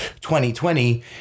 2020